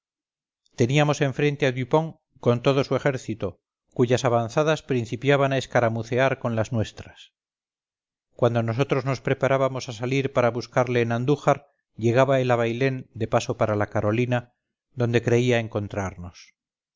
teníamos enfrente a dupont con todo su ejército cuyas avanzadas principiaban a escaramucear con lasnuestras cuando nosotros nos preparábamos a salir para buscarle en andújar llegaba él a bailén de paso para la carolina donde creía encontrarnos